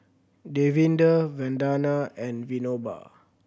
Davinder Vandana and Vinoba